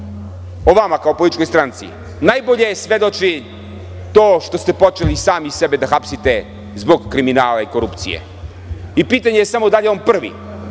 o vama kao o političkoj stranci najbolje svedoči to što ste počeli sami sebe da hapsite zbog kriminala i korupcije. Pitanje je samo da li je on prvi